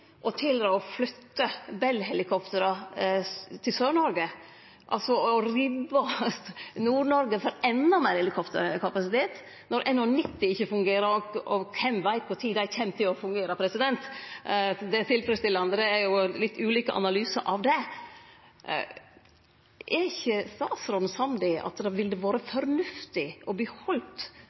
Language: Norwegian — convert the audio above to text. å tilrå å flytte Bell-helikoptra til Sør-Noreg, altså å ribbe Nord-Norge for endå meir helikopterkapasitet når NH90 ikkje fungerer – og kven veit kva tid dei kjem til å fungere tilfredsstillande; det er jo litt ulike analyser av det. Er ikkje statsråden samd i at det ville ha vore fornuftig å behalde